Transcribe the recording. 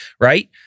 Right